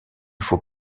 faut